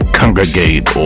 congregate